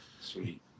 Sweet